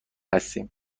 هستیم